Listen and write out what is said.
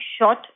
short